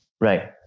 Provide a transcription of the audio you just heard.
Right